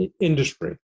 industry